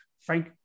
Frank